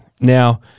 Now